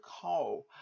call